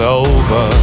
over